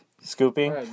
scooping